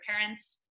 parents